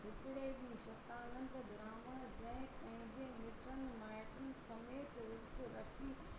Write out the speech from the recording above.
हिकिड़े ॾींहुं शतानंद ब्राहमण जंहिं पंहिंजे मिटनि माइटनि समेत वृत रखी